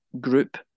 Group